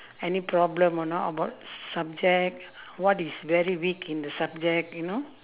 any problem or not about subject what is very weak in the subject you know